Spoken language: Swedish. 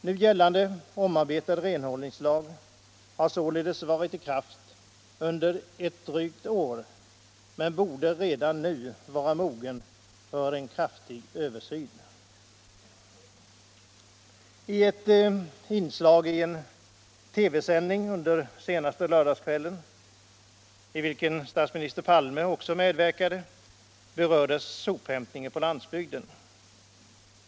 Nu gällande omarbetade renhållningslag har således varit i kraft under ett drygt år men borde redan nu vara mogen för en kraftig översyn. I ett inslag i en TV-sändning under den senaste lördagskvällen, i vilket också statsminister Palme medverkade, berördes sophämtningen på landsbygden.